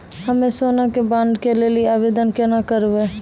हम्मे सोना के बॉन्ड के लेली आवेदन केना करबै?